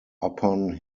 upon